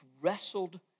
wrestled